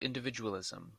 individualism